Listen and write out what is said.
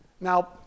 now